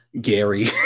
Gary